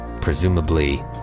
presumably